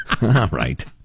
Right